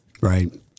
Right